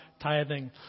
tithing